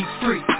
free